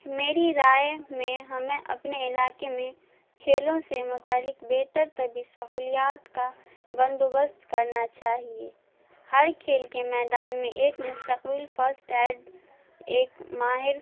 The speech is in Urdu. میری رائے میں ہمیں اپنے علاقے میں کھیلوں سے متعلق بہتر طبی سہولیات کا بندوبست کرنا چاہیے ہر کھیل کے میدان میں ایک مستقل فسٹ ایڈ ایک ماہر